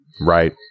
Right